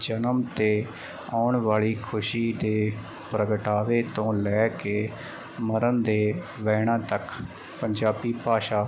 ਜਨਮ ਤੇ ਆਉਣ ਵਾਲੀ ਖੁਸ਼ੀ ਦੇ ਪ੍ਰਗਟਾਵੇ ਤੋਂ ਲੈ ਕੇ ਮਰਨ ਦੇ ਵੈਣਾ ਤੱਕ ਪੰਜਾਬੀ ਭਾਸ਼ਾ